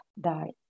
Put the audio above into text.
die